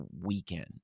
weekend